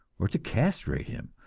or to castrate him,